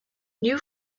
new